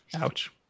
Ouch